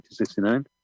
1969